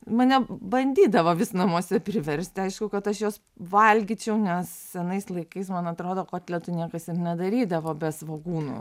mane bandydavo vis namuose priversti aišku kad aš juos valgyčiau nes senais laikais man atrodo kotletų niekas nedarydavo be svogūnų